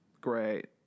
great